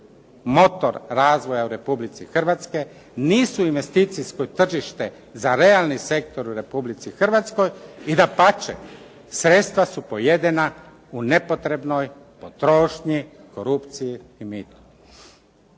motor razvoja u Republici Hrvatskoj, nisu investicijsko tržište za realni sektor u Republici Hrvatskoj i dapače sredstva su pojedena u nepotrebnoj potrošnji, korupciji i mitu.